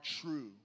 true